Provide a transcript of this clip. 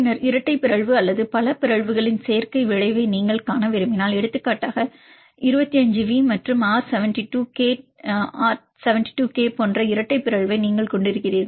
பின்னர் இரட்டை பிறழ்வு அல்லது பல பிறழ்வுகளின் சேர்க்கை விளைவை நீங்கள் காண விரும்பினால் எடுத்துக்காட்டாக 25 வி மற்றும் ஆர் 72 கே போன்ற இரட்டை பிறழ்வை நீங்கள் கொண்டிருக்கிறீர்கள்